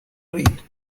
trait